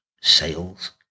sales